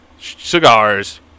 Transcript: cigars